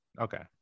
Okay